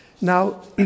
Now